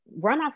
runoff